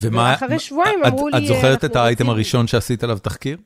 ואחרי שבועיים הם אמרו לי... את זוכרת את האייטם הראשון שעשית עליו תחקיר?